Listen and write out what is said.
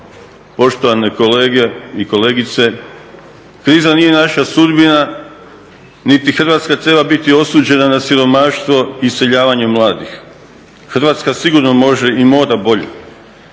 Poštovane kolege i kolegice, kriza nije naša sudbina niti Hrvatska treba biti osuđena na siromaštvo i iseljavanje mladih. Hrvatska sigurno može i mora bolje.